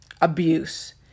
abuse